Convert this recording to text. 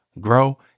grow